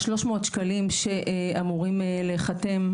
ה-600 שקלים שאמורים להיחתם,